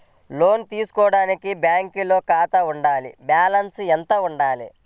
లోను తీసుకోవడానికి బ్యాంకులో ఖాతా ఉండాల? బాలన్స్ ఎంత వుండాలి?